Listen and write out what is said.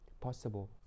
possible